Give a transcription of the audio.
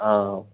ആ